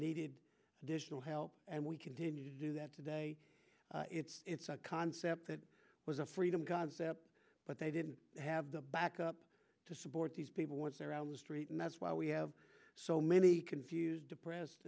needed additional help and we continue to do that today it's a concept that was a freedom concept but they didn't have the backup to support these people once they're on the street and that's why we have so many confused